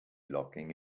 locking